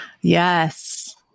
Yes